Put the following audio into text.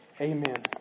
Amen